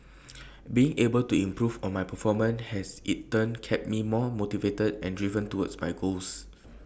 being able to improve on my performance has in turn kept me more motivated and driven towards my goals